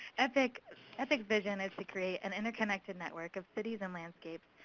epic's epic's vision is to create an interconnected network of cities and landscapes,